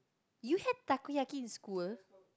you had Takoyaki in school